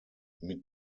mit